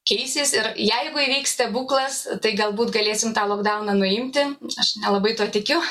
keisis ir jeigu įvyks stebuklas tai galbūt galėsim tą lokdauną nuimti aš nelabai tuo tikiu